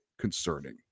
concerning